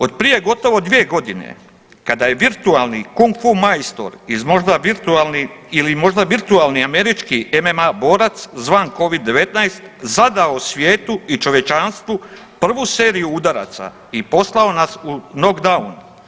Od prije gotovo 2.g. godine kada je virtualni kung-fu majstor iz možda virtualni ili možda virtualni američki MMA borac zvan covid-19 zadao svijetu i čovječanstvu prvu seriju udaraca i poslao nas u lockdown.